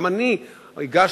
גם אני הגשתי,